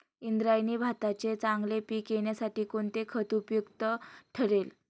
इंद्रायणी भाताचे चांगले पीक येण्यासाठी कोणते खत उपयुक्त ठरेल?